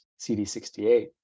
CD68